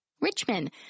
Richmond